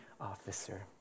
officer